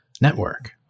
network